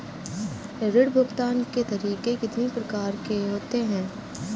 ऋण भुगतान के तरीके कितनी प्रकार के होते हैं?